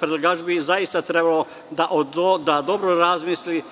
predlagač bi zaista trebalo da dobro razmisli